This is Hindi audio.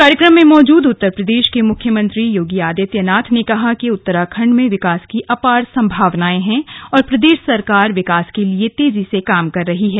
कार्यक्रम में मौजूद उत्तर प्रदेश के मुख्यमंत्री योगी आदित्य नाथ ने कहा कि उत्तराखण्ड में विकास की अपार संभावनाएं है और प्रदेश सरकार विकास के लिए तेजी से काम कर रही है